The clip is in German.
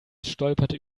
stolperte